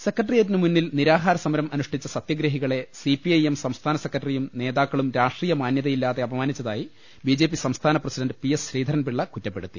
സെക്രട്ടറിയറ്റിന് മുന്നിൽ നിരാഹാര സമരം അനുഷ്ഠിച്ച സത്യ ഗ്രഹികളെ സിപിഐഎം സംസ്ഥാന സെക്രട്ടറിയും നേതാക്കളും രാഷ്ട്രീയ മാനൃതയില്ലാതെ അപമാനിച്ചതായി ബിജെപി സംസ്ഥാന പ്രസിഡന്റ് പി എസ് ശ്രീധരൻപിളള കുറ്റപ്പെടുത്തി